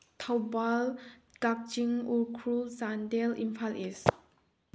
Thoubal Kakching Ukhrul Chandel Imphal ꯏꯁ